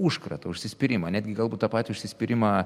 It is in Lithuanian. užkratą užsispyrimą netgi galbūt tą patį užsispyrimą